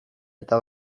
eta